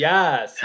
Yes